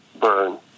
burn